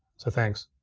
so thanks.